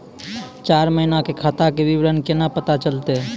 चार महिना के खाता के विवरण केना पता चलतै?